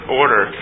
order